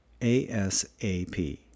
ASAP